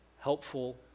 helpful